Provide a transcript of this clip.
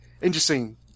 interesting